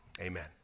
Amen